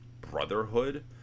brotherhood